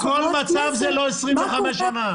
בכל מצב זה לא 25 שנה.